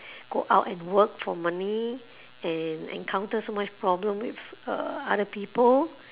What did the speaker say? go out and work for money and encounter so much problem with uh other people